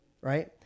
right